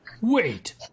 Wait